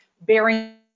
bearing